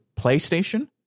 PlayStation